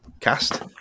cast